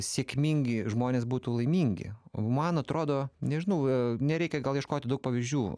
sėkmingi žmonės būtų laimingi man atrodo nežinau nereikia gal ieškoti daug pavyzdžių